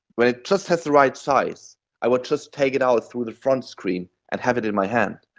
when it just has the right size i will just take it out through the front screen and have it in my hand.